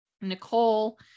nicole